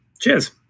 cheers